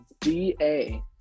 DA